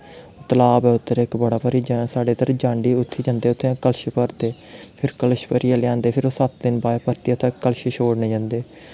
तलाऽ ऐ उद्धर बड़ा भारी जां साढ़े जांडी उत्थै जंदे उत्थै कल्श भरदे फिर कल्श भरियै लेआंदे फिर सत्त दिन बाद परतियै उत्थै कल्श छोड़न जंदे